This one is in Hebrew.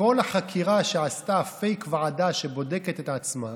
מכל החקירה שעשתה פייק ועדה שבודקת את עצמה,